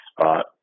spot